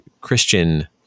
Christian